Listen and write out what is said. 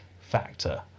factor